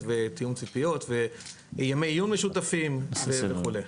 ותיאום ציפיות וימי עיון משותפים וכולי.